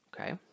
okay